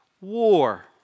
war